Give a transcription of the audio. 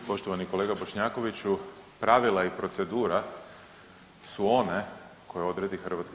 Poštovani kolega Bošnjakoviću, pravila i procedura su one koje odredi HS.